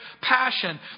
passion